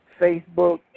Facebook